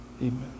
Amen